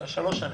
כלומר שלוש שנים.